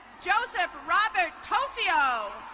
joseph robert topheo.